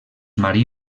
marí